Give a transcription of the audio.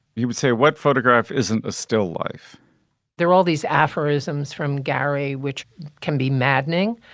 he would say, what photograph isn't a still life there? all these aphorisms from gary, which can be maddening,